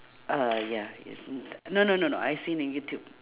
uh ya yes in t~ no no no no I see in youtube